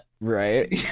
right